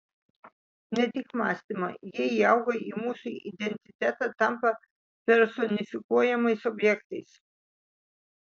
ne tik mąstymą jie įauga į mūsų identitetą tampa personifikuojamais objektais